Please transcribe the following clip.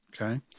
Okay